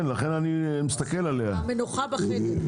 המנוחה בחדר.